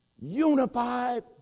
unified